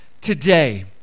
today